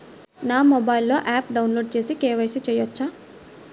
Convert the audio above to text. నా మొబైల్లో ఆప్ను డౌన్లోడ్ చేసి కే.వై.సి చేయచ్చా?